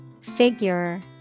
Figure